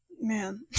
man